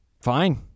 Fine